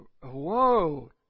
Whoa